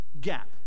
gap